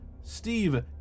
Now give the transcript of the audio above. Steve